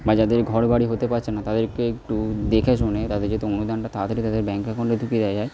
বা যাদের ঘর বাড়ি হতে পারছে না তাদেরকে একটু দেখে শুনে তাদের যাতে অনুদানটা তাড়াতাড়ি তাদের ব্যাঙ্ক অ্যাকাউন্টে ঢুকিয়ে দেওয়া যায়